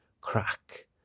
crack